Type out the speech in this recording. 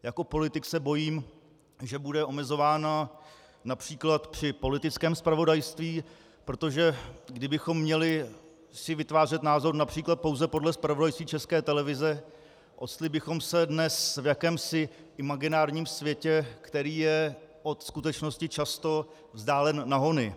Jako politik se bojím, že bude omezována například při politickém zpravodajství, protože kdybychom si měli vytvářet názor například pouze podle zpravodajství České televize, octli bychom se dnes v jakémsi imaginárním světě, který je od skutečnosti často vzdálen na hony.